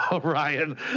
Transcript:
Ryan